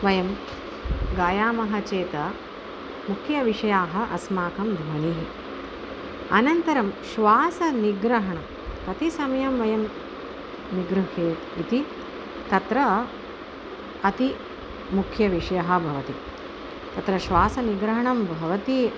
वयं गायामः चेत् मुख्यविषयाः अस्माकं ध्वनिः अनन्तरं श्वासनिग्रहणं कति समयं वयं निगृह्येत् इति तत्र अतिमुख्यविषयः भवति तत्र श्वासनिग्रहणं भवति